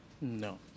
No